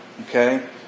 okay